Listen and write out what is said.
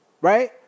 Right